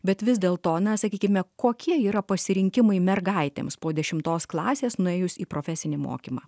bet vis dėl to na sakykime kokie yra pasirinkimui mergaitėms po dešimtos klasės nuėjus į profesinį mokymą